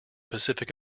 pacific